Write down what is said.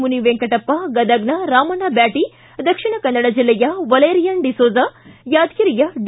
ಮುನಿ ವೆಂಕಟಪ್ಪ ಗದಗ್ನ ರಾಮಣ್ಣ ಬ್ಯಾಟಿ ದಕ್ಷಿಣಕನ್ನಡ ಜಿಲ್ಲೆಯ ವಲೇರಿಯನ್ ಡಿಸೋಜ ಯಾದಗಿರಿಯ ಡಿ